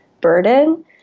burden